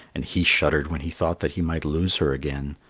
and he shuddered when he thought that he might lose her again.